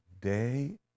Day